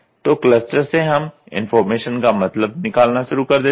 तो क्लस्टर से हम इंफॉर्मेशन का मतलब निकालना शुरू कर देते हैं